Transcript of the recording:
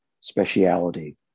speciality